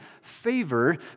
favor